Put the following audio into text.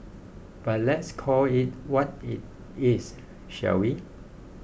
but let's call it what it is shall we